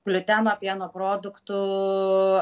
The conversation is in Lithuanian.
gliuteno pieno produktų